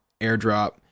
airdrop